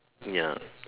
ya